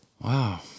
Wow